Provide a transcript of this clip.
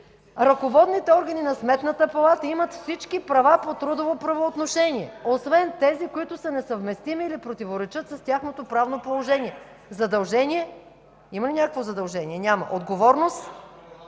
„ръководните органи на Сметната палата имат всички права по трудово правоотношение, освен тези, които са несъвместими или противоречат с тяхното правно приложение”. Задължение? Има ли някакво задължение? Няма. Отговорност?